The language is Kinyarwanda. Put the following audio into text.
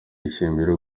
dushimira